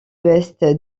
est